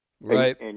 Right